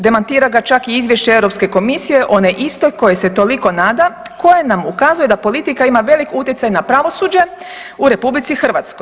Demantira ga čak i izvješće Europske komisije, one isti kojoj se toliko nada, koje nam ukazuje da politika ima velik utjecaj na pravosuđe u RH.